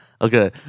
okay